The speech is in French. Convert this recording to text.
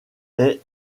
est